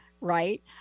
right